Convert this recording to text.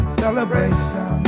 celebration